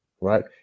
right